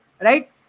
Right